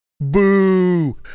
Boo